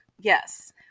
Yes